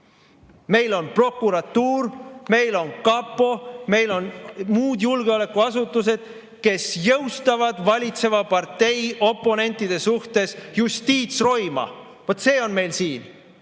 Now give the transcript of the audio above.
Meil on prokuratuur, meil on kapo, meil on muud julgeolekuasutused, kes jõustavad valitseva partei oponentide suhtes justiitsroima. Vaat see on meil siin!